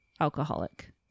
alcoholic